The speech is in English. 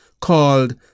called